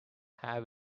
have